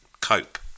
cope